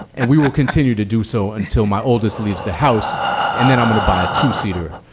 and we will continue to do so until my oldest leaves the house and then i'm going to buy a two seater